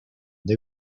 they